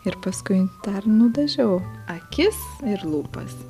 ir paskui dar nudažiau akis ir lūpas